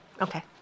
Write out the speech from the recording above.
Okay